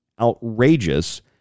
outrageous